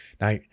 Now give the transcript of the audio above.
now